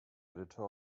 editor